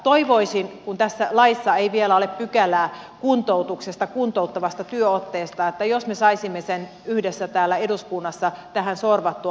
toivoisin kun tässä laissa ei vielä ole pykälää kuntoutuksesta kuntouttavasta työotteesta että me saisimme sen yhdessä täällä eduskunnassa tähän sorvattua